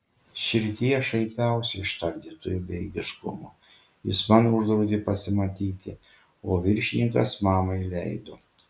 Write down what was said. širdyje šaipiausi iš tardytojo bejėgiškumo jis man uždraudė pasimatyti o viršininkas mamai leido